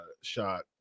shot